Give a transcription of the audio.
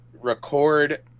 record